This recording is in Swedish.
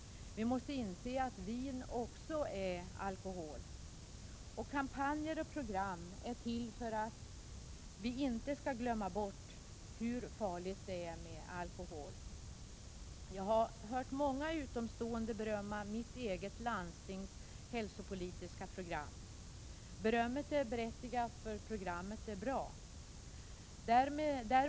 Vi måste inse att vin också är alkohol. Kampanjer och program är till för att vi inte skall glömma bort hur farligt det är med alkohol. Jag har hört många utomstående berömma mitt eget landstings hälsopolitiska program. Berömmet är berättigat, eftersom programmet är bra.